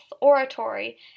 oratory